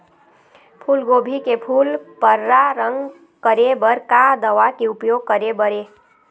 फूलगोभी के फूल पर्रा रंग करे बर का दवा के उपयोग करे बर ये?